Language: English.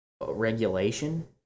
regulation